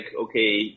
okay